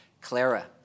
Clara